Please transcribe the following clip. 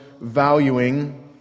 valuing